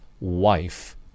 wife